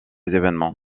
événements